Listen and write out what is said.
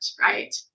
right